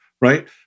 right